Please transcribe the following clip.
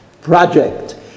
project